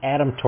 Adam